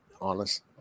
honest